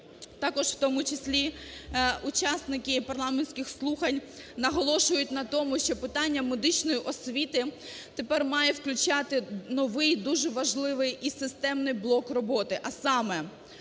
Також в тому числі учасники парламентських слухань наголошують на тому, що питання медичної освіти тепер має включати новий дуже важливий і системний блок роботи. А саме: